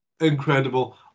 incredible